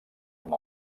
amb